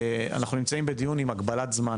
אנחנו נמצאים בדיון עם הגבלת זמן,